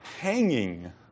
hanging